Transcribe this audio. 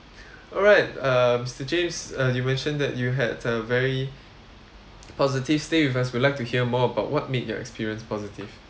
alright um mister james uh you mentioned that you had a very positive stay with us we'll like to hear more about what made your experience positive